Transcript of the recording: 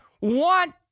want